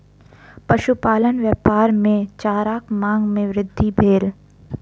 पशुपालन व्यापार मे चाराक मांग मे वृद्धि भेल